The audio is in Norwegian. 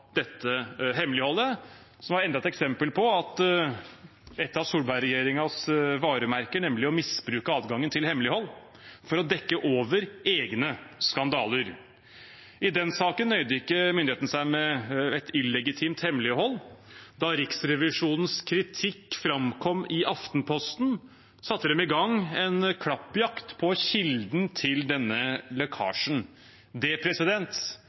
dette hemmeligholdet, som var enda et eksempel på et av Solberg-regjeringens varemerker, nemlig å misbruke adgangen til hemmelighold for å dekke over egne skandaler. I den saken nøyde ikke myndighetene seg med et illegitimt hemmelighold. Da Riksrevisjonens kritikk framkom i Aftenposten, satte de i gang en klappjakt på kilden til denne lekkasjen. Det